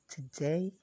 Today